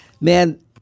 Man